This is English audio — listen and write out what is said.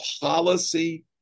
policy